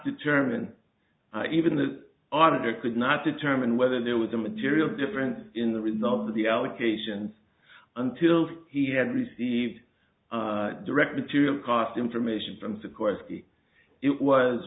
determine even the auditor could not determine whether there was a material difference in the result of the allegations until he had received direct material costs information